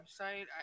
website